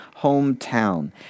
hometown